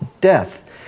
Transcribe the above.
death